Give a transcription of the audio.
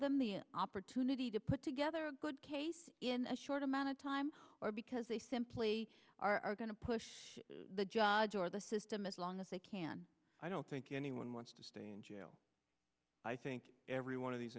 them the opportunity to put together a good case in a short amount of time because they simply are going to push the jaj or the system as long as they can i don't think anyone wants to stay in jail i think every one of these